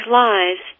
lies